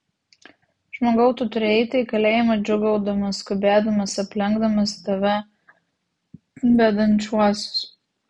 žmogau tu turi eiti į kalėjimą džiūgaudamas skubėdamas aplenkdamas tave vedančiuosius